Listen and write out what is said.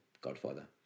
Godfather